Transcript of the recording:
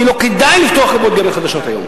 כי לא כדאי לפתוח קופות גמל חדשות היום.